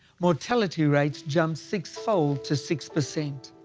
mortality rates jumped six-fold to six percent.